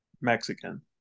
mexican